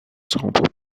sont